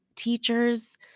Teachers